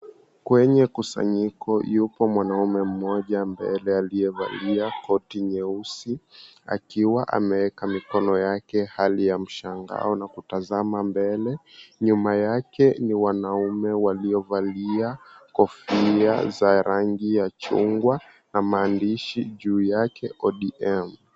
Kwenye kusanyiko yupo mwanaume mmoja mbele aliyevalia koti nyeusi akiwa ameweka mikono yake hali ya mshangao na kutazama mbele. Nyuma yake ni wanaume waliovalia kofia za rangi ya chungwa na maandishi juu yake ODM.